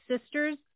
Sisters